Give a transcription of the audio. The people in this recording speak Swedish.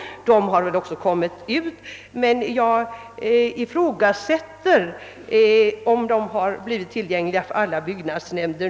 De har väl också kommit ut, men jag ifrågasätter om de har nått ut till alla som berörs av dem.